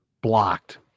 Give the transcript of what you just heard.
blocked